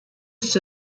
ist